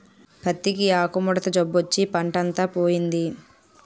పత్తికి ఆకుముడత జబ్బొచ్చి పంటంతా పోయింది